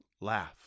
laugh